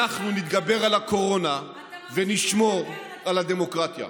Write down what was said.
אנחנו נתגבר על הקורונה ונשמור על הדמוקרטיה.